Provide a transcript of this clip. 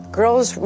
girls